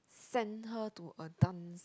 send her to a dance